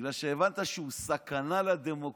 בגלל שהבנת שהוא סכנה לדמוקרטיה.